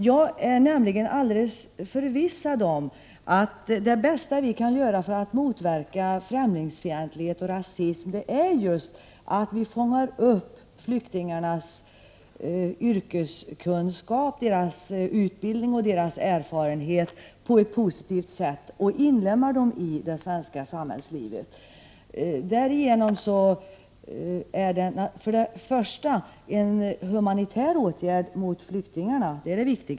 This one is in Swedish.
Jag är nämligen helt förvissad om att det bästa vi kan göra för att motverka främlingsfientlighet och rasism just är att fånga upp flyktingarnas yrkeskunskaper, deras utbildning och deras erfarenheter på ett positivt sätt och att inlemma dem i det svenska samhällslivet. Först och främst — det är alltså det viktigaste — är det en humanitär åtgärd för flyktingarnas del.